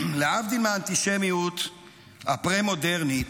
להבדיל מהאנטישמיות הפרה-מודרנית,